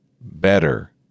better